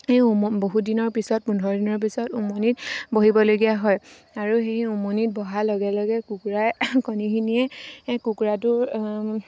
এই উম বহু দিনৰ পিছত পোন্ধৰ দিনৰ পিছত উমনিত বহিবলগীয়া হয় আৰু সেই উমনিত বহাৰ লগে লগে কুকুৰাৰ কণীখিনিয়ে কুকুৰাটো